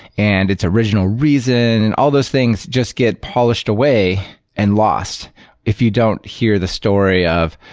and it's original reason and all those things just get polished away and lost if you don't hear the story of,